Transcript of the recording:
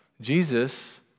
Jesus